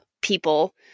people